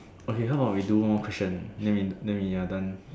okay how about we do one more question then we then we are done